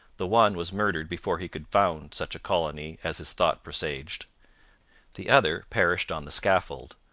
the one was murdered before he could found such a colony as his thought presaged the other perished on the scaffold,